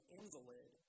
invalid